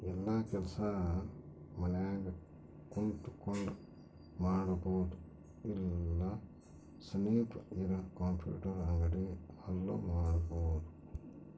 ಯೆಲ್ಲ ಕೆಲಸ ಮನ್ಯಾಗ ಕುಂತಕೊಂಡ್ ಮಾಡಬೊದು ಇಲ್ಲ ಸನಿಪ್ ಇರ ಕಂಪ್ಯೂಟರ್ ಅಂಗಡಿ ಅಲ್ಲು ಮಾಡ್ಬೋದು